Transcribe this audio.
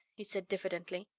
he said diffidently.